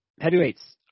Heavyweights